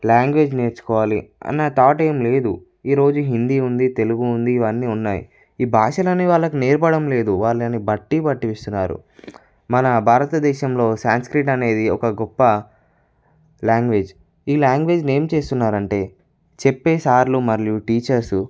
language నేర్చుకోవాలి అన్న thought ఏం లేదు ఈరోజు హిందీ ఉంది తెలుగు ఉంది ఇవన్నీ ఉన్నాయి ఈ భాషలన్ని వాళ్ళకు నేర్పడం లేదు వాళ్ళని బట్టి పట్టిస్తున్నారు మన భారత దేశంలో సాంస్క్రిట్ అనేది ఒక గొప్ప లాంగ్వేజ్ ఈ లాంగ్వేజ్ని ఏమి చేస్తున్నారు అంటే చెప్పే సార్లు మరియు టీచర్సు